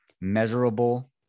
measurable